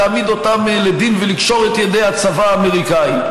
להעמיד אותם לדין ולקשור את ידי הצבא האמריקני,